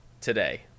today